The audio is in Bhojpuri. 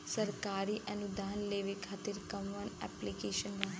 सरकारी अनुदान लेबे खातिर कवन ऐप्लिकेशन बा?